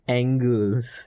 angles